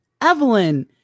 Evelyn